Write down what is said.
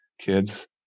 kids